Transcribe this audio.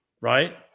right